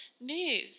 move